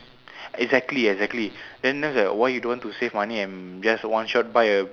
exactly exactly then that's why you don't want to save money and just one shot buy a